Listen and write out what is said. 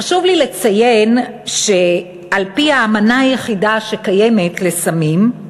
חשוב לי לציין שעל-פי האמנה היחידה שקיימת לסמים,